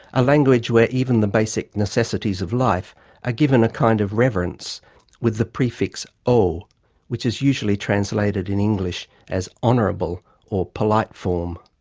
a language where even the basic necessities of life are ah given a kind of reverence with the prefix o which is usually translated in english as honorable or polite form.